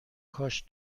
کاش